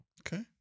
Okay